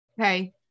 okay